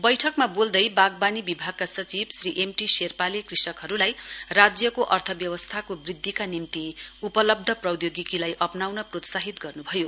बैठकमा बोल्दै बागवानी विभागका सचिव श्री एम टी शेर्पाले कृषकहरुलाई राज्यको अर्थव्यवस्थाको बृध्दिका निम्ति उपलब्ध प्रौधोगिकीलाई अप्नाउन प्रोरसाहित गर्नुभयो